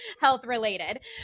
health-related